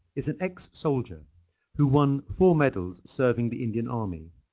is an ex-soldier who won four medals serving the indian army.